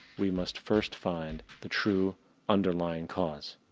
we must first find, the true underlying cause.